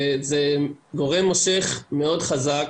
וזה גורם מושך מאוד חזק.